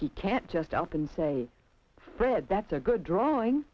that he can't just up and say fred that's a good drawing